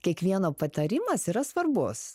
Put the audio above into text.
kiekvieno patarimas yra svarbus